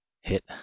hit